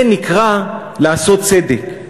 זה נקרא לעשות צדק.